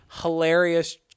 hilarious